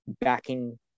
backing